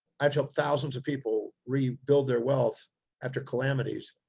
i've helped thousands of people rebuild their wealth after calamities,